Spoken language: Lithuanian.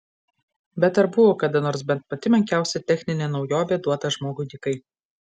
bet ar buvo kada nors bent pati menkiausia techninė naujovė duota žmogui dykai